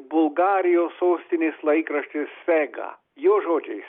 bulgarijos sostinės laikraščiui fega jo žodžiais